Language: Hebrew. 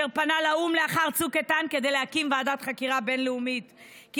אשר פנה לאו"ם לאחר צוק איתן כדי להקים ועדת חקירה בין-לאומית עצמאית,